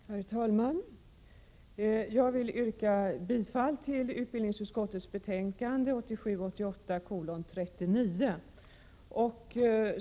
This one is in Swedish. Herr talman! Jag vill yrka bifall till utbildningsutskottets hemställan i betänkande 39.